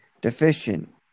deficient